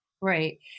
Right